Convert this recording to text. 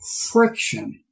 friction